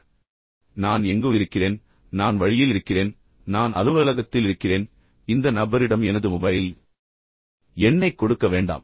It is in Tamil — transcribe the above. எனவே நான் எங்கோ இருக்கிறேன் நான் வழியில் இருக்கிறேன் நான் அலுவலகத்தில் இருக்கிறேன் இந்த நபரிடம் எனது மொபைல் எண்ணைக் கொடுக்க வேண்டாம்